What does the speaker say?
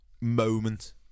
moment